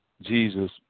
Jesus